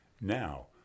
Now